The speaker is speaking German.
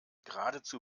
geradezu